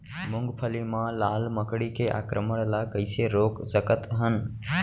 मूंगफली मा लाल मकड़ी के आक्रमण ला कइसे रोक सकत हन?